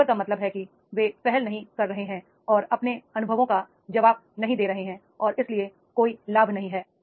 sleeper का मतलब है कि वे पहल नहीं कर रहे हैं और अपने अनुभवों का जवाब नहीं दे रहे हैं और इसलिए कोई लाभ नहीं है